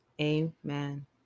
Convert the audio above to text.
Amen